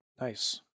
Nice